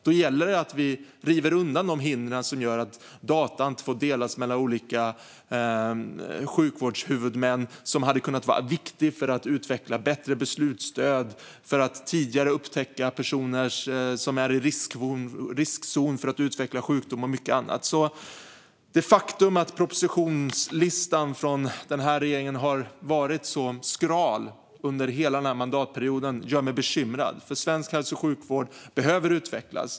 Då gäller det att vi river de hinder som gör att data inte får delas mellan olika sjukvårdshuvudmän - data som hade kunnat vara viktig för att utveckla bättre beslutsstöd, för att tidigare upptäcka personer som är i riskzon för att utveckla sjukdom och mycket annat. Det faktum att propositionslistan från regeringen har varit skral under hela mandatperioden gör mig bekymrad, för svensk hälso och sjukvård behöver utvecklas.